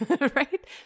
right